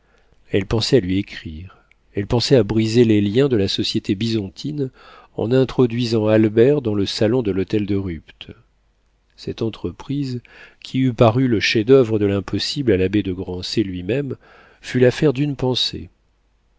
elle pensait à lui écrire elle pensait à briser les liens de la société bisontine en introduisant albert dans le salon de l'hôtel de rupt cette entreprise qui eût paru le chef-d'oeuvre de l'impossible à l'abbé de grancey lui-même fut l'affaire d'une pensée